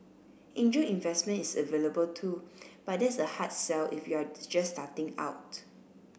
angel investment is available too but that's a hard sell if you're just starting out